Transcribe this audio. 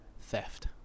theft